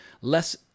less